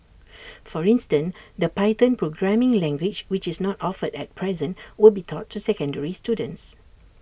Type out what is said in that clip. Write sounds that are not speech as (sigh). (noise) for instance the python programming language which is not offered at present will be taught to secondary students